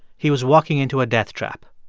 he was walking into a deathtrap.